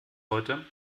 heute